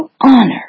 honor